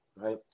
right